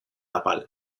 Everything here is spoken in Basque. apal